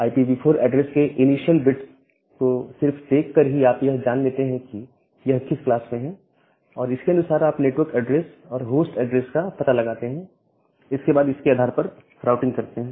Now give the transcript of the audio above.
IPv4 address के initial bits को सिर्फ देख कर ही आप यह जान लेते हैं कि यह किस क्लास में है और इसके अनुसार आप नेटवर्क एड्रेस और होस्ट ऐड्रेस का पता लगाते हैं और इसके बाद इसके आधार पर राउटिंग करते हैं